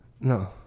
No